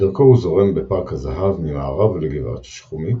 בדרכו הוא זורם בפארק הזהב ממערב לגבעת שחומית,